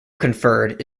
conferred